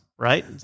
Right